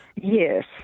Yes